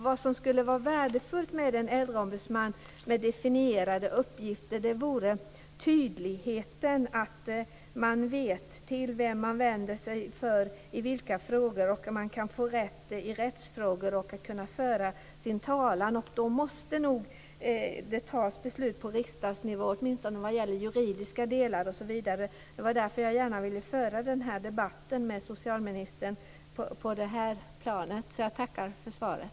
Vad som skulle vara värdefullt med en äldreombudsman med definierade uppgifter vore tydligheten, att man vet till vem man vänder sig i vilka frågor och att man kan få rätt i rättsfrågorna och kunna föra sin talan. Då måste det nog fattas beslut på riksdagsnivå åtminstone vad gäller juridiska delar osv. Det var därför jag gärna ville föra den här debatten med socialministern på det här planet. Jag tackar för svaret.